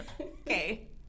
okay